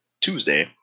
Tuesday